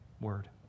word